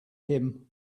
him